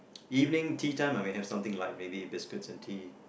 evening tea time I may have something light maybe biscuits and tea